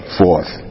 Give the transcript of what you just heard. forth